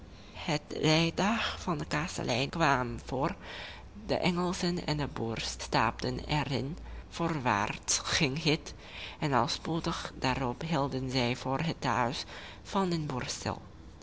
het rijtuig van den kastelein kwam voor de engelschen en de boer stapten er in voorwaarts ging het en al spoedig daarop hielden zij voor het huis van den boer